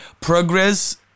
progress